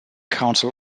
council